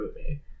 movie